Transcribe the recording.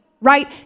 right